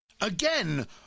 Again